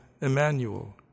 Emmanuel